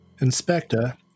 Inspector